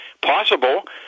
Possible